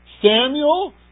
Samuel